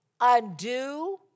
undo